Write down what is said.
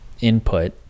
input